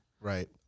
Right